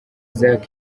isaac